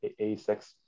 asex